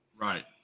Right